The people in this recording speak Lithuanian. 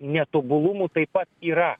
netobulumų taip pat yra